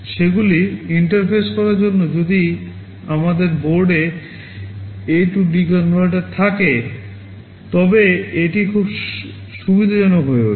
সেগুলি ইন্টারফেস করার জন্য যদি আমাদের বোর্ডে A D converter থাকে তবে এটি খুব সুবিধাজনক হয়ে ওঠে